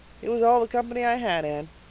he was all the company i had, anne.